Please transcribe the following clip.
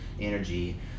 energy